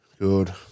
Good